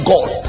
God